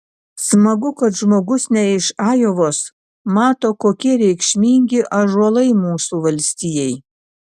smagu kad žmogus ne iš ajovos mato kokie reikšmingi ąžuolai mūsų valstijai